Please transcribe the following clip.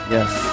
Yes